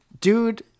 dude